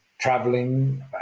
traveling